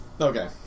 Okay